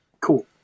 Cool